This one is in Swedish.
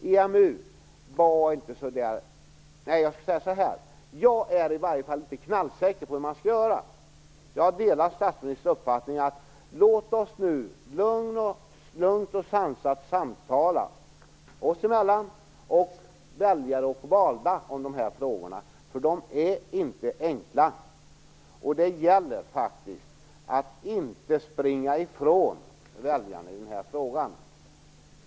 Jag är inte knallsäker på hur man skall göra vad gäller EMU. Jag delar statsministerns uppfattning om att vi nu - politiker liksom väljare och valda emellan - lugnt och sansat bör samtala om de här frågorna. De är nämligen inte enkla, och det gäller att inte springa ifrån väljarna i den här frågan.